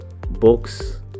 books